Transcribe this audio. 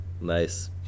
nice